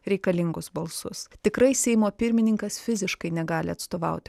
reikalingus balsus tikrai seimo pirmininkas fiziškai negali atstovauti